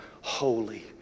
Holy